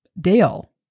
Dale